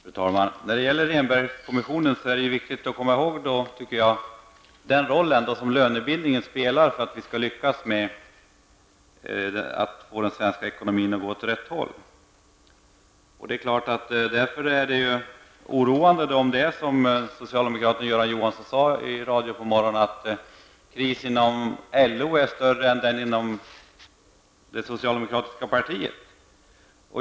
Fru talman! När det gäller Rehnbergkommissionen är det viktigt att komma ihåg den roll som lönebildningen spelar för att vi skall lyckas med att få den svenska ekonomin att utvecklas åt rätt håll. Därför är det oroande om det är som socialdemokraten Göran Johansson sade i radio i dag på morgonen, nämligen att det är kris inom LO efter krisen inom det socialdemokratiska partiet.